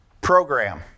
program